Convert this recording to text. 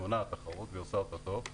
היא מונעת את התחרות והיא עושה אותה טוב,